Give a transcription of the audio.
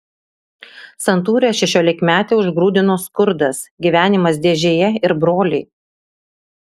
santūrią šešiolikmetę užgrūdino skurdas gyvenimas dėžėje ir broliai